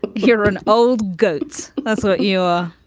here, an old goat. that's what you're